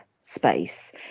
space